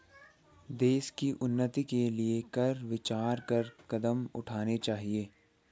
देश की उन्नति के लिए कर विचार कर कदम उठाने चाहिए